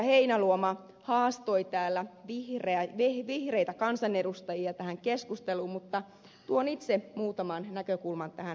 heinäluoma haastoi vihreitä kansanedustajia tähän keskusteluun mutta tuon itse muutaman näkökulman tähän asiaan